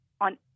on